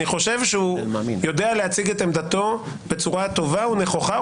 אני חושב שהוא יודע להציג את עמדתו בצורה טובה ונכוחה,